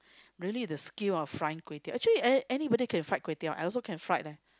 really the skill of frying kway-teow actually a~ anybody can fried kway-teow I also can fried leh